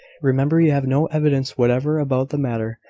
remember you have no evidence whatever about the matter.